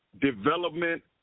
development